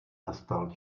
nastal